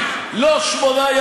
זה מה שאתה עושה פה.